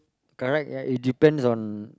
correct ya it depends on